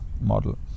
model